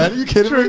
and you kidding me.